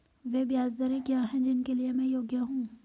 वे ब्याज दरें क्या हैं जिनके लिए मैं योग्य हूँ?